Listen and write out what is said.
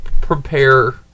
prepare